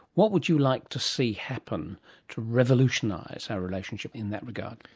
what would you like to see happen to revolutionise our relationship in that regard?